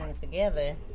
together